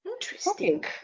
Interesting